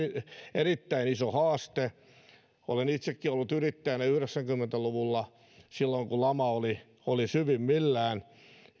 erittäin iso haaste olen itsekin ollut yrittäjänä yhdeksänkymmentä luvulla silloin kun lama oli oli syvimmillään